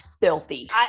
filthy